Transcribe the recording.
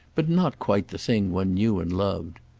but not quite the thing one knew and loved.